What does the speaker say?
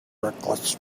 reckless